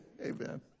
amen